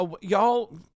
Y'all